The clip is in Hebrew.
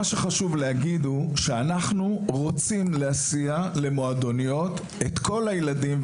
מה שחשוב להגיד הוא שאנחנו רוצים להסיע למועדוניות את כל הילדים,